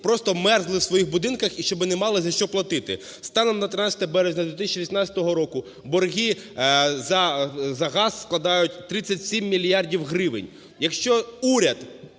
просто мерзли у своїх будинках і щоб не мали за що платити. Станом на 13 березня 2018 року борги за газ складають 37 мільярдів гривень. Якщо уряд